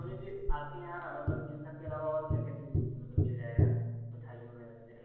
सोनी जी आपके यहाँ मतलब इन सबके अलावा और क्या क्या चीज मतलब मिल जायेगा मिठाइयों में